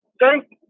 thank